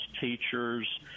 teachers